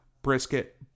brisket